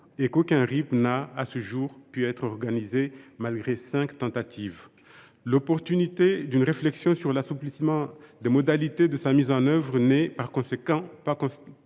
et qu’aucun RIP n’a, à ce jour, pu être organisé, malgré cinq tentatives. L’opportunité d’une réflexion sur l’assouplissement des modalités de sa mise en œuvre n’est, par conséquent, pas contestée.